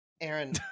Aaron